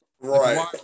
right